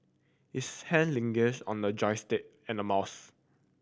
his hand lingered on a joystick and a mouse